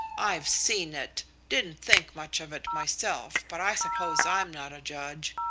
i've seen it. didn't think much of it myself, but i suppose i'm not a judge.